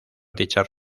dichas